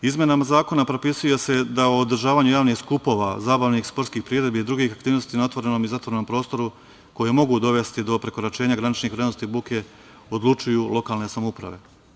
Izmenama zakona propisuje se da o održavanju javnih skupova, zabavnih i sportskih priredbi i drugih aktivnosti na otvorenom i zatvorenom prostoru koji mogu dovesti do prekoračenja graničnih vrednosti buke odlučuju lokalne samouprave.